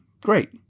Great